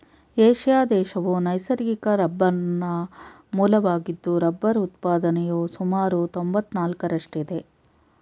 Asia ದೇಶವು ನೈಸರ್ಗಿಕ ರಬ್ಬರ್ನ ಮೂಲವಾಗಿದ್ದು ರಬ್ಬರ್ ಉತ್ಪಾದನೆಯು ಸುಮಾರು ತೊಂಬತ್ನಾಲ್ಕರಷ್ಟಿದೆ